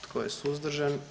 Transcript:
Tko je suzdržan?